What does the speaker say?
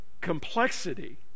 complexity